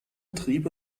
triebe